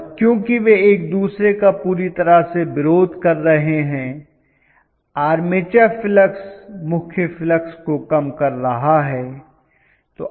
और क्योंकि वे एक दूसरे का पूरी तरह से विरोध कर रहे हैं आर्मेचर फ्लक्स मुख्य फ्लक्स को कम कर रहा है